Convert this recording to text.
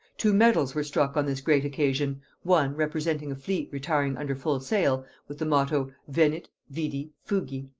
two medals were struck on this great occasion one, representing a fleet retiring under full sail, with the motto, venit, vidit, fugit